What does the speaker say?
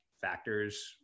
factors